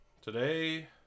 today